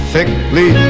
thickly